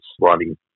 running